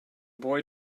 boy